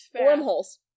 wormholes